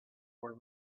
were